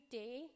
day